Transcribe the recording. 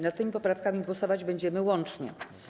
Nad tymi poprawkami głosować będziemy łącznie.